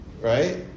Right